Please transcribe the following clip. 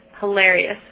Hilarious